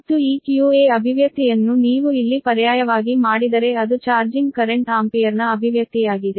ಮತ್ತು ಈ qa ಅಭಿವ್ಯಕ್ತಿಯನ್ನು ನೀವು ಇಲ್ಲಿ ಪರ್ಯಾಯವಾಗಿ ಮಾಡಿದರೆ ಅದು ಚಾರ್ಜಿಂಗ್ ಕರೆಂಟ್ ಆಂಪಿಯರ್ನ ಅಭಿವ್ಯಕ್ತಿಯಾಗಿದೆ